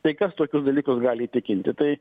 tai kas tokius dalykus gali įtikinti tai